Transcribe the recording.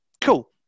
Cool